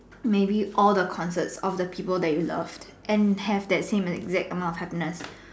maybe all the concerts of the people that you love and have that same exact amount of happiness